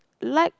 like